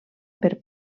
per